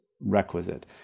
requisite